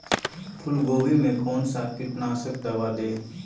फूलगोभी में कौन सा कीटनाशक दवा दे?